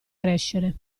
crescere